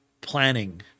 planning